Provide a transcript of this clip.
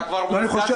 אתה כבר -- -בועז.